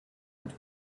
which